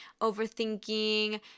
overthinking